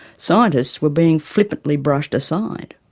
scientists were being flippantly brushed aside.